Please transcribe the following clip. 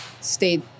stayed